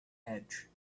edge